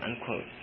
unquote